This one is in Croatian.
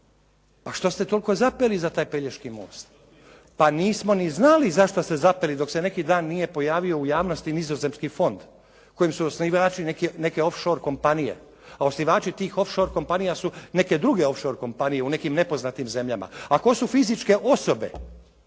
Pa što ste toliko zapeli za taj Pelješki most? Pa nismo ni znali zašto ste zapeli dok se neki dan nije pojavio u javnosti nizozemski fond kojem su osnivači neke off shore kompanije, a osnivači te off shore kompanija su neke druge off shore kompanije u nekim nepoznatim zemljama. A tko su fizičke osobe?